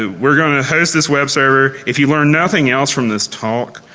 ah we are going to host this web server. if you learn nothing else from this talk,